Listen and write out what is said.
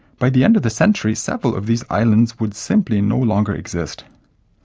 by the end of the century, several of these islands would simply no longer exist.